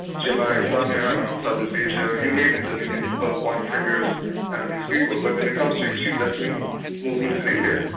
jemaa islamiya in south east asia, you name it, and you can point point fingers at these people. but when it comes to extremist left-wing movements in india,